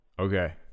Okay